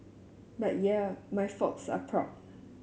but yeah my folks are proud